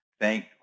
thank